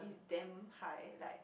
damn high like